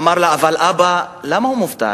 אמר לה: אבל אבא, למה הוא מובטל?